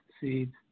seeds